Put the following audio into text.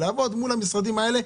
לעבוד מול המשרדים האלה.